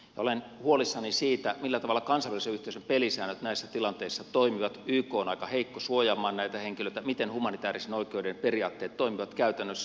olen huolissani siitä millä tavalla kansainvälisen yhteisön pelisäännöt näissä tilanteissa toimivat yk on aika heikko suojaamaan näitä henkilöitä miten humanitäärisen oikeuden periaatteet toimivat käytännössä